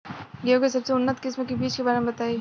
गेहूँ के सबसे उन्नत किस्म के बिज के बारे में बताई?